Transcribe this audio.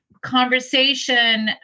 conversation